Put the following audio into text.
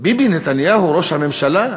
ביבי נתניהו, ראש הממשלה,